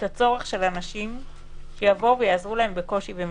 הצורך של אנשים שיעזרו להם בקושי ובמצוקה.